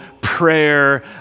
prayer